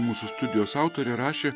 mūsų studijos autorė rašė